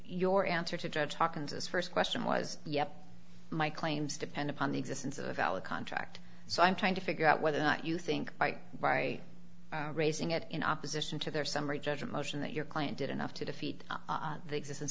your answer to judge hawkins as first question was yes my claims depend upon the existence of a valid contract so i'm trying to figure out whether or not you think by by raising it in opposition to their summary judgment motion that your client did enough to defeat the existence